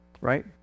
Right